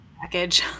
package